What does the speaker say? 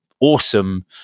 awesome